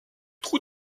trous